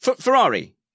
Ferrari